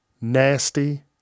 Nasty